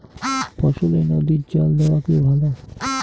ফসলে নদীর জল দেওয়া কি ভাল?